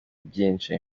byinshi